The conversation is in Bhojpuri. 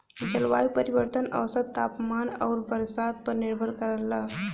जलवायु परिवर्तन औसत तापमान आउर बरसात पर निर्भर करला